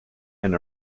and